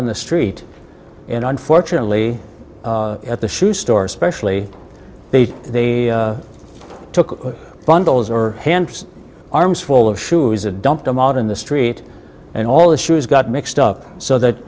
down the street and unfortunately at the shoe store especially they they took bundles or hands arms full of shoes and dump them out in the street and all the shoes got mixed up so that